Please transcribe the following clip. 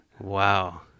Wow